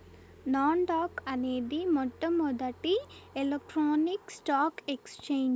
non dock అనేది మొట్టమొదటి electronic stock exchange